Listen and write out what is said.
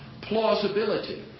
plausibility